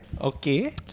okay